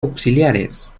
auxiliares